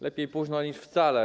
Lepiej późno niż wcale.